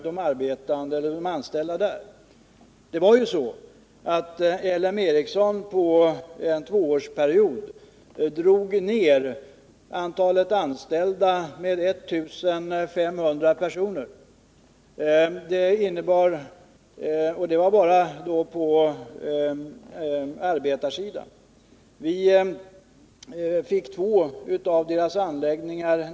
Det var ju så, att LM Ericsson under en tvåårsperiod bara på arbetarsidan minskade antalet anställda med 1500 personer. Två av anläggningarna lades ned.